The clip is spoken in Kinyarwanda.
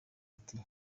ati